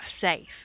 safe